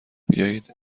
بیایید